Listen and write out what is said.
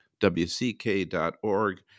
wck.org